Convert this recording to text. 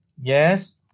yes